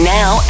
now